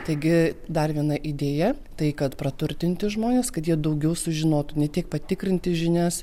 taigi dar viena idėja tai kad praturtinti žmones kad jie daugiau sužinotų ne tiek patikrinti žinias